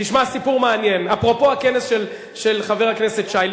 תשמע סיפור מעניין, אפרופו הכנס של חבר הכנסת שי.